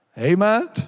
Amen